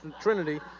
Trinity